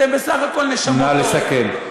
נא לסכם.